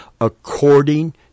according